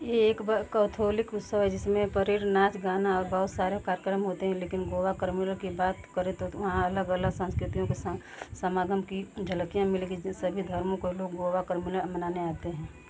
यह एक कैथोलिक उत्सव है जिसने परेड नाच गाना और बहुत सारे कार्यक्रम होते हैं लेकिन गोआ कार्निवल की बात करें तो तुम्हें वहाँ अलग अलग संस्कृतियों के समागम की झलकियाँ मिलेंगी सभी धर्मों के लोग गोआ कार्निवल मनाने आते हैं